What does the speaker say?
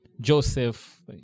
Joseph